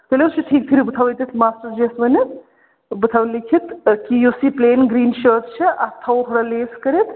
تیٚلہِ حظ چھُ ٹھیٖک ٹھٕہرِو بہٕ تھاوٕ ییٚتٮ۪تھ ماسٹَر جِیَس ؤنِتھ تہٕ بہٕ تھاوٕ لیٚکھِتھ کہِ یُس یہِ پٕلین گرٛیٖن شٲٹ چھِ اَتھ تھاوَو تھوڑا لیس کٔرِتھ